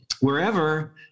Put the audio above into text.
wherever